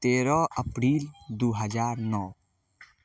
तेरह अप्रील दुइ हजार नओ